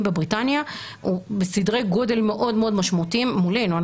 בבריטניה הוא בסדרי גודל מאוד משמעותיים מולנו.